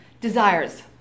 desires